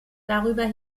darüber